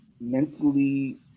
mentally